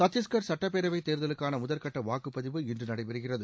சத்திஷ்கர் சட்டப்பேரவைத் தேர்தலுக்கான முதற்கட்ட வாக்குப்பதிவு இன்று நடைபெறுகிறது